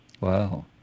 Wow